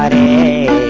a